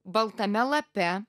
baltame lape